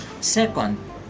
Second